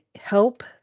help